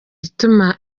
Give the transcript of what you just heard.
igituma